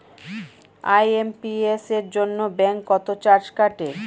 IMPS এর জন্য bank কত চার্জ কাটে?